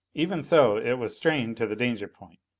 even so, it was strained to the danger point.